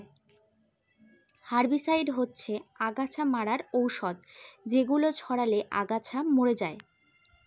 herbicide হচ্ছে অগাছা মারার ঔষধ যেগুলো ছড়ালে আগাছা মরে যায়